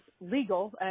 legal